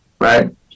Right